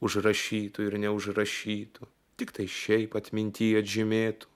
užrašytų ir neužrašytų tiktai šiaip atmintyje žymėtų